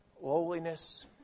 lowliness